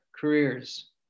careers